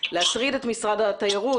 להטריד את משרד התיירות,